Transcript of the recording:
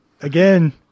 again